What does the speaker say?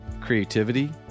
Creativity